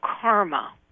karma